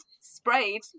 sprayed